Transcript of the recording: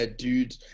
dude